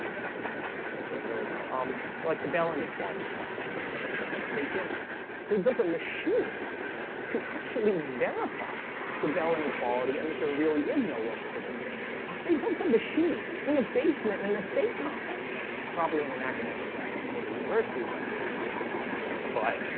how much quantum physics do i really know? um, but like the bell in equality and they built they built a machine to actually verify the bell inequality and that there really is no local hidden state they built a machine in a basement in in a state compound somewhere probably in an academic lab before the universities went the way they did but